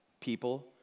people